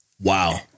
Wow